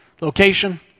Location